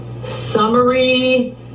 summary